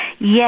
Yes